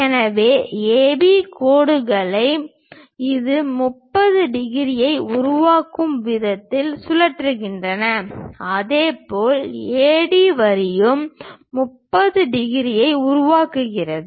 எனவே ஏபி கோடுகள் இது 30 டிகிரியை உருவாக்கும் விதத்தில் சுழல்கின்றன அதேபோல் AD வரியும் 30 டிகிரியை உருவாக்குகிறது